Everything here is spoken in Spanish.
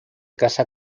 casa